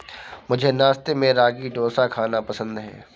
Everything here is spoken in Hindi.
मुझे नाश्ते में रागी डोसा खाना पसंद है